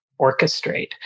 orchestrate